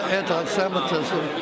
anti-Semitism